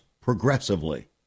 progressively